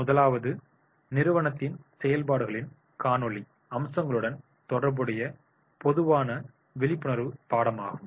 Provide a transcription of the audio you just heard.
முதலாவது நிறுவனத்தின் செயல்பாடுகளின் காணொளி அம்சங்களுடன் தொடர்புடைய பொதுவான விழிப்புணர்வு பாடமாகும்